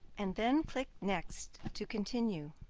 and then click next to continue.